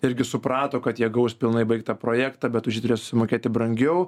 irgi suprato kad jie gaus pilnai baigtą projektą bet už jį turės susimokėti brangiau